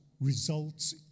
results